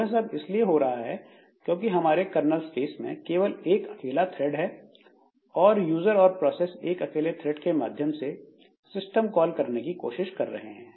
यह सब इसलिए हो रहा है क्योंकि हमारे कर्नल स्पेस में केवल एक अकेला थ्रेड है और यूजर और प्रोसेस एक अकेले थ्रेड के माध्यम से सिस्टम कॉल करने की कोशिश कर रही है